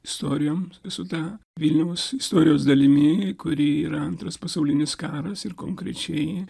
istorijom su ta vilniaus istorijos dalimi kuri yra antras pasaulinis karas ir konkrečiai